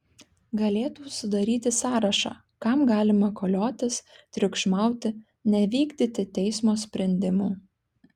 galėtų sudaryti sąrašą kam galima koliotis triukšmauti nevykdyti teismo sprendimų